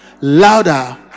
louder